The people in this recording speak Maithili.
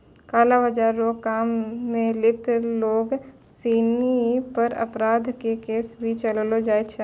काला बाजार रो काम मे लिप्त लोग सिनी पर अपराध के केस भी चलैलो जाय छै